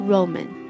Roman